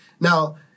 Now